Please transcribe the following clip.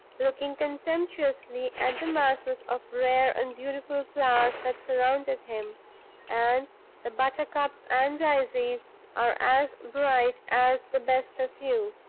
looking contemptuously at the masses of rare and beautiful flowers that surrounded him and the buttercups and daisies are as bright as the best of you!